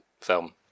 film